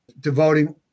devoting